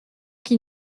qui